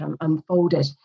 unfolded